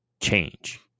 change